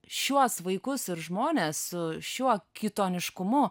šiuos vaikus ir žmones su šiuo kitoniškumu